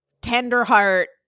Tenderheart